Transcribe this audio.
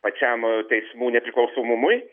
pačiam teismų nepriklausomumui